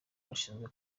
gashinzwe